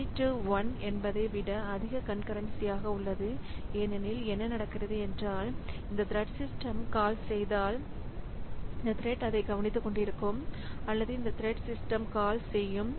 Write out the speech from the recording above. மேனி to 1 என்பதை விட அதிக கான்கரென்ஸியாக உள்ளது ஏனெனில் என்ன நடக்கிறது என்றால் இந்த த்ரெட் சிஸ்டம் கால்ஸ் செய்தால் இந்த த்ரெட் அதை கவனித்துக்கொண்டிருக்கும் அல்லது இந்த த்ரெட் சிஸ்டம் கால்ஸ் செய்யும்